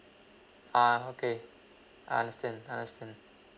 ah okay I understand understand